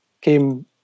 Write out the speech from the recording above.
came